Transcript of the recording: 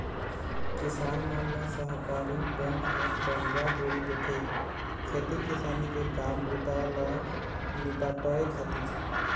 किसान मन ल सहकारी बेंक ह करजा बोड़ी देथे, खेती किसानी के काम बूता ल निपाटय खातिर